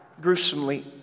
gruesomely